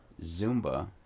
zumba